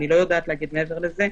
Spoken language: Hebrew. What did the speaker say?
אני לא יודעת לומר מעבר לזה.